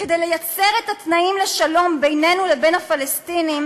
כדי לייצר את התנאים לשלום בינינו לבין הפלסטינים,